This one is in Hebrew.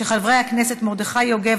של חברי הכנסת מרדכי יוגב,